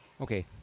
Okay